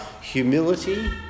humility